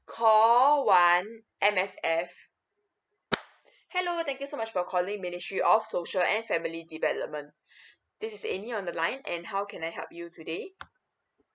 call one M_S_F hello thank you so much for calling ministry of social and family development this is amy on the line and how can I help you today